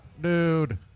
dude